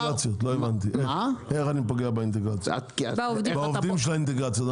איך אני פוגע בעובדים של האינטגרציות?